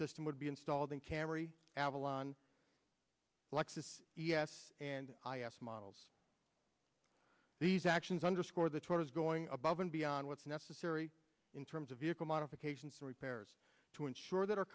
system would be installed in camry avalon lexus e s and i s models these actions underscore the tortoise going above and beyond what's necessary in terms of vehicle modifications and repairs to ensure that our